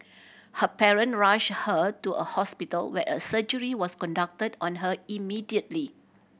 her parent rushed her to a hospital where a surgery was conducted on her immediately